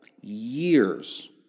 years